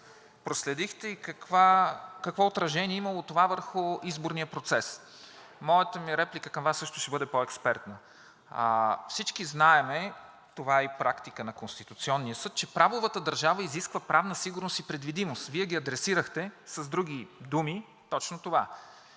проследихте и какво отражение е имало това върху изборния процес. Моята реплика към Вас също ще бъде по-експертна. Всички знаем, това е и практика на Конституционния съд, че правовата държава изисква правна сигурност и предвидимост. Вие адресирахте с други думи точно това,